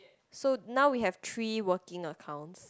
so now we have three working accounts